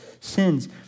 sins